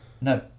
No